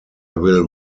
will